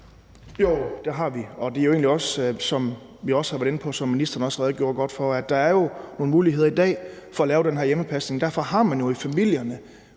Jo, det har vi, og som jeg også har været inde på, og som ministeren også redegjorde godt for, er der jo nogle muligheder i dag for at lave den her hjemmepasning. Derfor har man jo i familierne